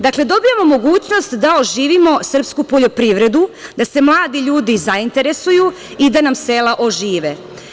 Dakle, dobijamo mogućnost da oživimo srpsku poljoprivredu, da se mladi ljudi zainteresuju i da nam sela ožive.